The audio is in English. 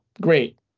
Great